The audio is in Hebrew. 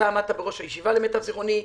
אתה עמדת בראש הישיבה, למיטב זיכרוני.